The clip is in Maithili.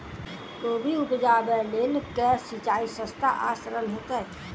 कोबी उपजाबे लेल केँ सिंचाई सस्ता आ सरल हेतइ?